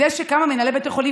זה שכמה מנהלי בתי חולים,